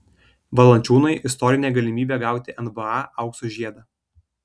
valančiūnui istorinė galimybė gauti nba aukso žiedą